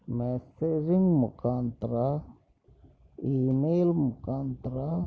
messaging ಮುಖಾಂತ್ರ email ಮುಖಾಂತ್ರ